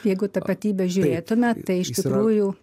jeigu tapatybę žiūrėtume tai iš tikrųjų